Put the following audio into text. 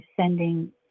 sending